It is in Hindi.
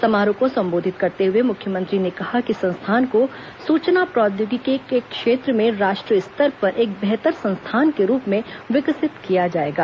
समारोह को संबोधित करते हुए मुख्यमंत्री ने कहा कि इस संस्थान को सूचना प्रौद्योगिकी के क्षेत्र में राष्ट्रीय स्तर पर एक बेहतर संस्थान के रूप में विकसित किया जाएगा